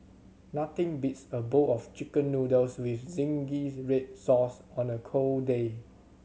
nothing beats a bowl of Chicken Noodles with zingy red sauce on a cold day